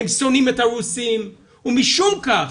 הם שונאים את הרוסים ומשום כך